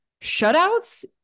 Shutouts